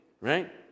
right